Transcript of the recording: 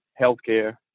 healthcare